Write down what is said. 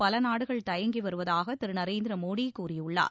பல நாடுகள் தயங்கி வருவதாக பிரதமர் திரு நரேந்திர மோடி கூறியுள்ளார்